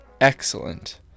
excellent